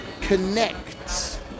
connects